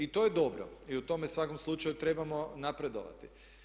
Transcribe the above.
I to je dobro i o tome u svakom slučaju trebamo napredovati.